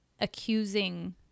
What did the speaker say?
accusing